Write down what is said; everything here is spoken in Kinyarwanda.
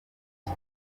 iki